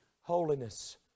holiness